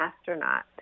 astronaut